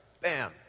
Bam